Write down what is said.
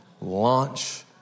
launch